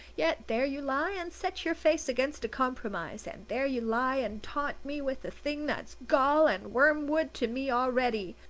yet there you lie and set your face against a compromise and there you lie and taunt me with the thing that's gall and wormwood to me already.